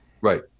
Right